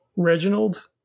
reginald